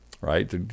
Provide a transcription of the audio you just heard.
right